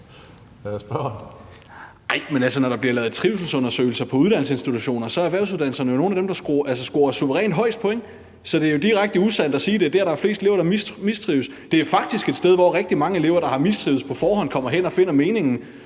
Thomas Skriver Jensen (S): Når der bliver lavet trivselsundersøgelser på uddannelsesinstitutioner, er erhvervsuddannelserne nogle af dem, som scorer suverænt højest. Så det er jo direkte usandt, at det er dér, der er flest elever, der mistrives. Det er faktisk et sted, hvor rigtig mange elever, der har mistrivedes tidligere, kommer hen og finder meningen